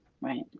Right